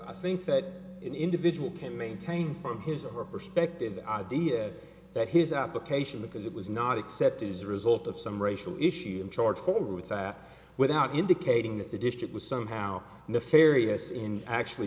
i think that an individual can maintain for his or her perspective the idea that his application because it was not accepted as a result of some racial issue in charge forward sat without indicating that the district was somehow nefarious in actually